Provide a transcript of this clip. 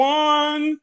one